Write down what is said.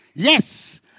Yes